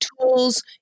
tools